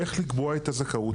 איך לקבוע את הזכאות,